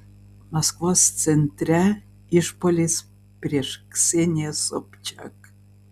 maskvos centre išpuolis prieš kseniją sobčiak